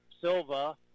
Silva